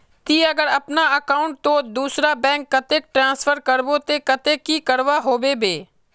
ती अगर अपना अकाउंट तोत दूसरा बैंक कतेक ट्रांसफर करबो ते कतेक की करवा होबे बे?